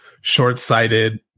short-sighted